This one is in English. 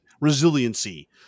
resiliency